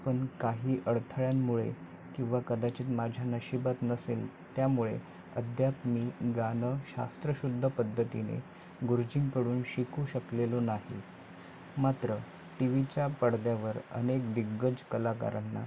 पण काही अडथळ्यांमुळे किंवा कदाचित माझ्या नशिबात नसेल त्यामुळे अद्याप मी गाणं शास्त्रशुद्ध पद्धतीने गुरुजींकडून शिकू शकलेलो नाही मात्र टी वीच्या पडद्यावर अनेक दिग्गज कलाकारांना